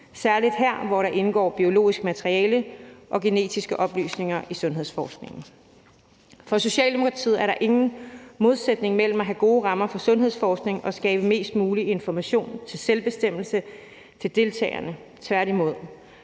særlig her, hvor der indgår biologisk materiale og genetiske oplysninger i sundhedsforskningen. For Socialdemokratiet er der ingen modsætning mellem at have gode rammer for sundhedsforskning og at skabe mest mulig information til selvbestemmelse til deltagerne, tværtimod,